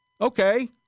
Okay